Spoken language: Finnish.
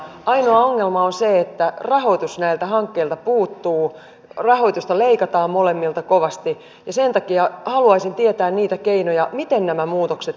ainoa ongelma ennen kuulumatonta että rahoitus näiltä hankkeilta puuttuu rahoitusta leikataan molemmilta kovasti ja muutamat ammattiryhmät pystyvät estämään sitten työssäkäyvien osallistumisen näihin säästötalkoisiin